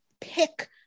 pick